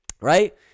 Right